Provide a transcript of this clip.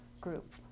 group